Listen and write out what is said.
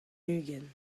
ugent